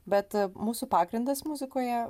bet mūsų pagrindas muzikoje